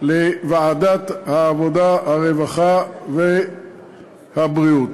לוועדת העבודה, הרווחה והבריאות.